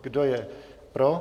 Kdo je pro?